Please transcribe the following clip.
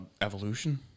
Evolution